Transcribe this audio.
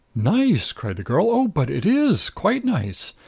nice! cried the girl. oh, but it is quite nice.